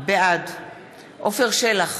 בעד עפר שלח,